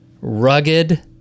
rugged